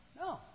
No